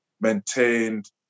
maintained